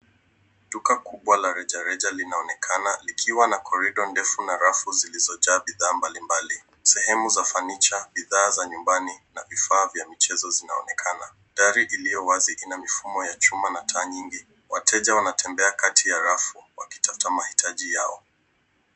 Duka kubwa la rejareja linaonekana likiwa na korido rerfu na rafu zilizojaa bidhaa mbalimbali. Sehemu za fanicha, bidhaa za nyumbani na vifaa vya michezo inaonekana .Gari iliyo wazi ina mifumo na taa nyingi. Wateja wanatembea kati ya rafu wakitafuta mahitaji yao.